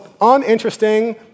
uninteresting